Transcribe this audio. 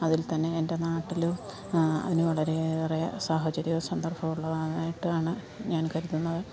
അതിൽ തന്നെ എൻ്റെ നാട്ടിലും അതിനോട് ഏറെ സാഹചര്യവും സന്ദർഭവും ഉള്ളതായിട്ടാണ് ഞാൻ കരുതുന്നത്